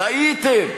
טעיתם,